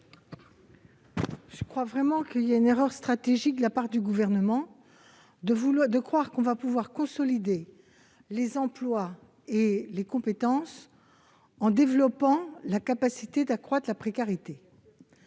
de vote. C'est une erreur stratégique de la part du Gouvernement de croire que l'on peut consolider les emplois et les compétences en développant la capacité d'accroître la précarité.